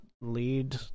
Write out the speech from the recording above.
lead